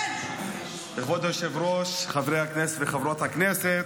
כבוד היושב-ראש, חברי הכנסת וחברות הכנסת.